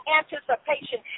anticipation